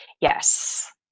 Yes